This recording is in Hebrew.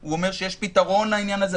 הוא אומר שיש פתרון לעניין הזה.